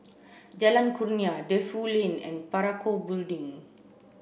Jalan Kurnia Defu Lane and Parakou Building